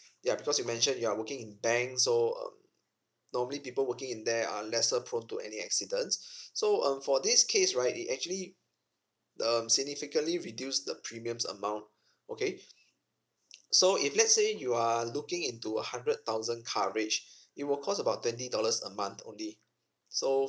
ya because you mentioned you are working in bank so um normally people working in there are lesser prone to any accidents so um for this case right it actually um significantly reduce the premiums amount okay so if let's say you are looking into a hundred thousand coverage it will cost about twenty dollars a month only so